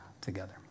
together